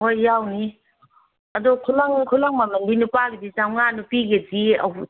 ꯍꯣꯏ ꯌꯥꯎꯅꯤ ꯑꯗꯨ ꯈꯨꯂꯪ ꯈꯨꯂꯪ ꯃꯃꯜꯗꯤ ꯅꯨꯄꯥꯒꯤꯗꯤ ꯆꯃꯉꯥ ꯅꯨꯄꯤꯗꯤꯗꯤ